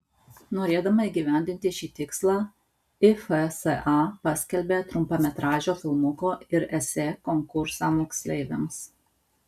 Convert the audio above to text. norėdama įgyvendinti šį tikslą if sa paskelbė trumpametražio filmuko ir esė konkursą moksleiviams